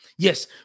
Yes